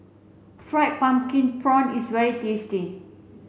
fried pumpkin prawn is very tasty